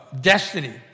Destiny